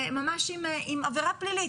ממש עם עבירה פלילית.